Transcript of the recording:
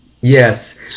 Yes